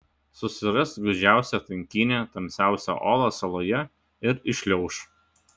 susiras gūdžiausią tankynę tamsiausią olą saloje ir įšliauš